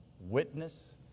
witness